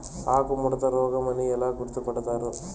ఆకుముడత రోగం అని ఎలా గుర్తుపడతారు?